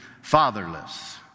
fatherless